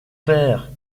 père